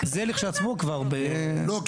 זה כשלעצמו כבר --- לא,